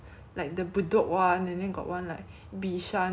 then they will like come together and fight for the 地盘 you know